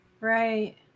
right